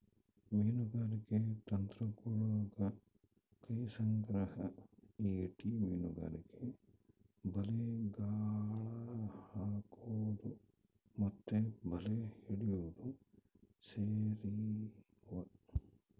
ಮೀನುಗಾರಿಕೆ ತಂತ್ರಗುಳಗ ಕೈ ಸಂಗ್ರಹ, ಈಟಿ ಮೀನುಗಾರಿಕೆ, ಬಲೆ, ಗಾಳ ಹಾಕೊದು ಮತ್ತೆ ಬಲೆ ಹಿಡಿಯೊದು ಸೇರಿವ